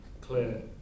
clear